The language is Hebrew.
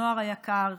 הנוער היקר,